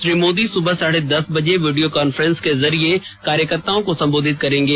श्री मोदी सुबह साढे दस बजे वीडियो कांफ्रेंस के जरिये कार्यकर्ताओं को संबोधित करेंगे